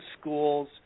schools